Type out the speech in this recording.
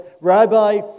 Rabbi